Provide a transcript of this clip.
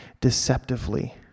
deceptively